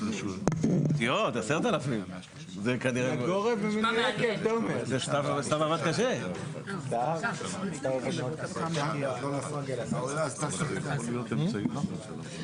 158סד עמוד 21. אני מקריאה בעצם את כל התהליך שמתחיל בסעיף 158סג'.